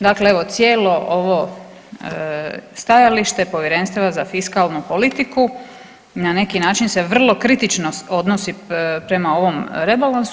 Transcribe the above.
Dakle evo cijelo ovo stajalište Povjerenstva za fiskalnu politiku na neki način se vrlo kritično odnosi prema ovom rebalansu.